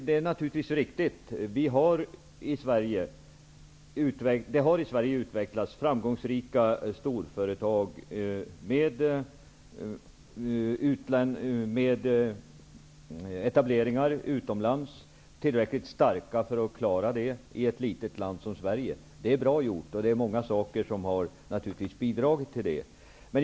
Det är riktigt att det i Sverige har utvecklats framgångsrika storföretag som har varit tillräckligt starka att klara en etablering utomlands. Det är bra gjort. Det finns naturligtvis många saker som har bidragit till detta.